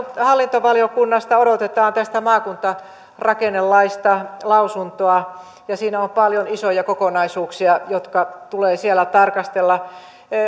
hallintovaliokunnasta odotetaan tästä maakuntarakennelaista lausuntoa ja siinä on paljon isoja kokonaisuuksia jotka tulee siellä tarkastella